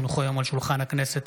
כי הונחו היום על שולחן הכנסת,